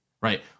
right